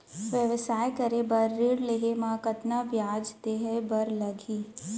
व्यवसाय करे बर ऋण लेहे म कतना ब्याज देहे बर लागही?